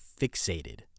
fixated